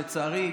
לצערי,